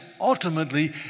ultimately